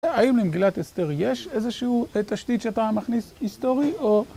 האם למגילת אסתר יש איזושהי תשתית שאתה מכניס היסטורי או...